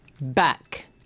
Back